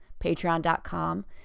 Patreon.com